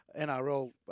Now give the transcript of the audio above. NRL